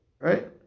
right